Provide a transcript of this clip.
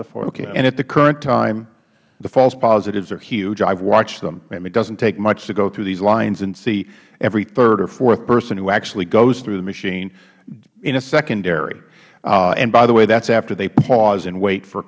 issa and at the current time the false positives are huge i have watched them it doesn't take much to go through these lines and see every third or fourth person who actually goes through the machine in a secondary and by the way that is after they pause and wait for